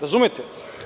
Razumete?